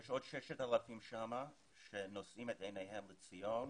יש שם עוד 6,000 שנושאים את עיניהם לציון.